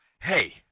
hey